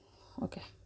okay